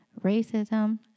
Racism